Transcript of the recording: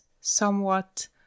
somewhat